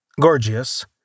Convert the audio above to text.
Gorgias